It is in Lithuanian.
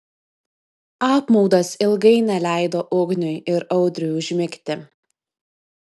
apmaudas ilgai neleido ugniui ir audriui užmigti